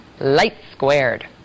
light-squared